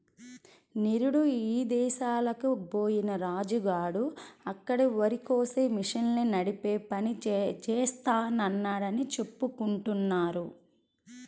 నిరుడు ఇదేశాలకి బొయ్యిన రాజు గాడు అక్కడ వరికోసే మిషన్ని నడిపే పని జేత్తన్నాడని చెప్పుకుంటున్నారు